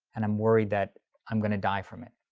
and i'm worried that i'm gonna die from it.